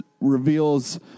reveals